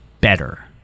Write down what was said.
better